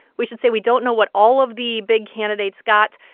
we should say we don't know what all of the big candidates got.